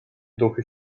duchy